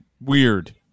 Weird